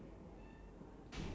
dangerous